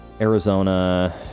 Arizona